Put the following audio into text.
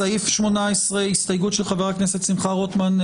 סעיף 18 ההסתייגות של חבר הכנסת שמחה רוטמן,